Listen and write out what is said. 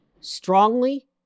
strongly